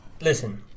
listen